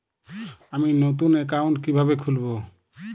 আমি নতুন অ্যাকাউন্ট কিভাবে খুলব?